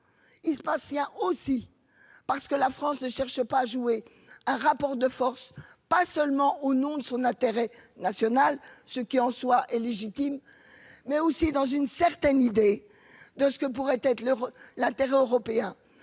Il se passe, il y a aussi. Parce que la France ne cherche pas jouer un rapport de force, pas seulement au nom de son intérêt national ce qui en soi est légitime mais aussi dans une certaine idée de ce que pourrait être le la TVA européen